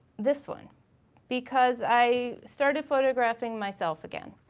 this one because i started photographing myself again.